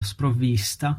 sprovvista